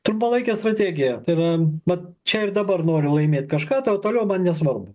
trumpalaikė strategija tai yra vat čia ir dabar noriu laimėt kažką tai o toliau man nesvarbu